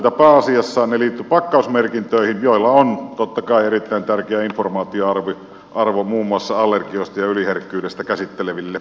pääasiassa ne liittyivät pakkausmerkintöihin joilla on totta kai erittäin tärkeä informaatioarvo muun muassa allergioista ja yliherkkyydestä käsitteleville